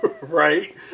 Right